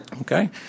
Okay